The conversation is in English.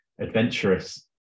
adventurous